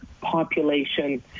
population